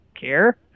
care